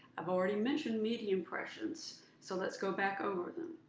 i've already mentioned media impressions so let's go back over them.